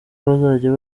bazajya